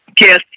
Yes